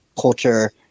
culture